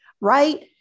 right